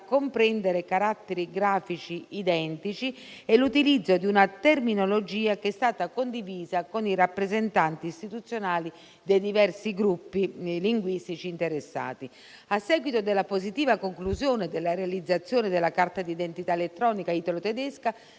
comprendere caratteri grafici identici e l'utilizzo di una terminologia che è stata condivisa con i rappresentanti istituzionali dei diversi gruppi linguistici interessati. A seguito della positiva conclusione della realizzazione della carta d'identità elettronica italo-tedesca,